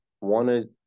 wanted